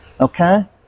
okay